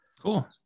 Cool